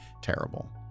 terrible